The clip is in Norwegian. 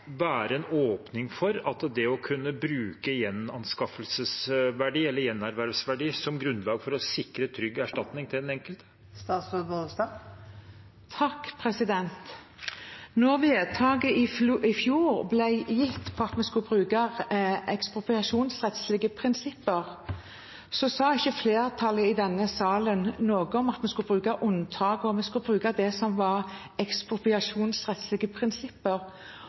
en åpning for å kunne bruke gjenanskaffelsesverdi, eller gjenervervelsesverdi, som grunnlag for å sikre trygg erstatning til den enkelte? Da vedtaket i fjor ble gjort om at vi skulle bruke ekspropriasjonsrettslige prinsipper, sa ikke flertallet i denne salen noe om at vi skulle bruke unntak. Vi skulle bruke ekspropriasjonsrettslige prinsipper, og i de prinsippene er det